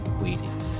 waiting